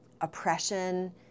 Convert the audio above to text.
oppression